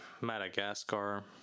madagascar